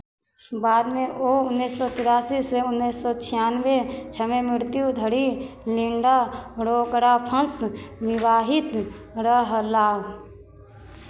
बादमे ओ उन्नैस सए तिरासीसँ उन्नैस सए छियानवे छमे मृत्यु धरि लिण्डा रोकराफस निवाहित रहलाह